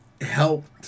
helped